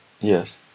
Yes